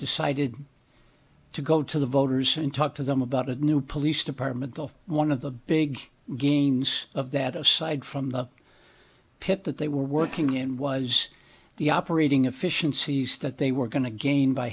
decided to go to the voters and talk to them about a new police department one of the big gains of that aside from the pit that they were working in was the operating efficiencies that they were going to gain by